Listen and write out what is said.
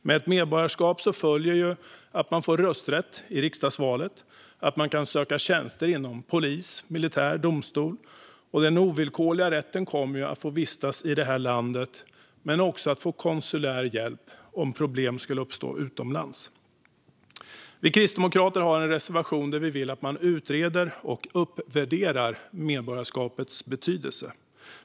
Med ett medborgarskap följer att man får rösträtt i riksdagsvalet, att man kan söka tjänster inom polis, militär och domstol, den ovillkorliga rätten att vistas i detta land men också att man kan få konsulär hjälp om problem skulle uppstå utomlands. Vi kristdemokrater har en reservation där vi vill att man utreder och uppvärderar medborgarskapets betydelse.